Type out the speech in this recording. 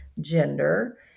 gender